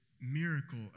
miracle